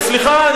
סליחה,